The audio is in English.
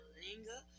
linger